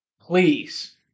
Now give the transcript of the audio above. please